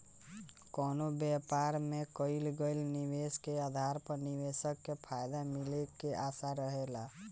कवनो व्यापार में कईल गईल निवेश के आधार पर निवेशक के फायदा मिले के आशा रहेला